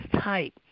type